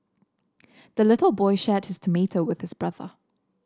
the little boy shared his tomato with his brother